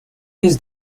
his